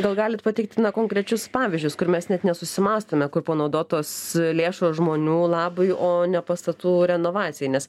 gal galit pateikti na konkrečius pavyzdžius kur mes net nesusimąstome kur panaudotos lėšos žmonių labui o ne pastatų renovacijai nes